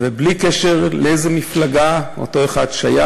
ובלי קשר לאיזו מפלגה כל אחד מהם